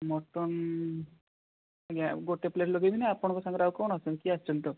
mutton ଆଜ୍ଞା ଗୋଟେ plate ଲଗେଇବିନା ଆପଣଙ୍କ ସାଙ୍ଗରେ ଆଉ କ'ଣ ଆସି କିଏ ଆସିଛନ୍ତି ତ